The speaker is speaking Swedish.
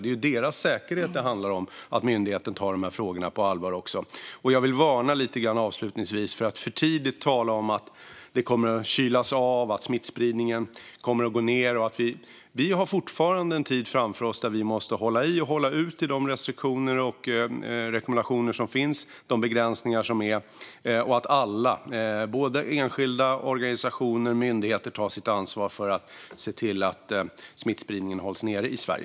Det är deras säkerhet som det handlar om när det gäller att myndigheten tar dessa frågor på allvar. Avslutningsvis vill jag varna lite grann för att för tidigt tala om att det kommer att kylas av och att smittspridningen kommer att minska. Vi har fortfarande en tid framför oss då vi måste hålla i och hålla ut i fråga om de restriktioner, rekommendationer och begränsningar som finns. Alla - enskilda, organisationer och myndigheter - måste ta sitt ansvar för att se till att smittspridningen hålls nere i Sverige.